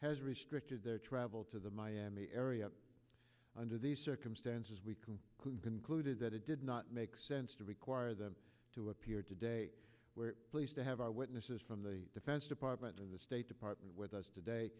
has restricted their travel to the miami area under these circumstances we can who concluded that it did not make sense to require them to appear today we're pleased to have our witnesses from the defense department of the state department with us today